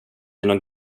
någon